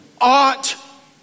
ought